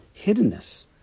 hiddenness